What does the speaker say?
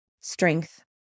strength